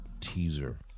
teaser